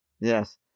Yes